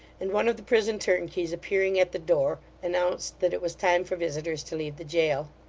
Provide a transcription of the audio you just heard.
and one of the prison turnkeys appearing at the door, announced that it was time for visitors to leave the jail.